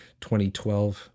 2012